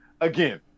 again